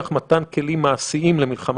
נוסף.